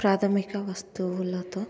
ప్రాధమిక వస్తువులతో